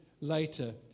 later